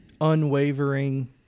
unwavering